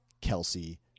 Kelsey